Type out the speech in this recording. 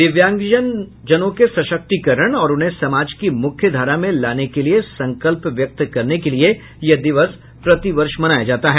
दिव्यांग जनों के सशक्तीकरण और उन्हें समाज की मुख्यधारा में लाने के लिये संकल्प व्यक्त करने के लिये यह दिवस प्रतिवर्ष मनाया जाता है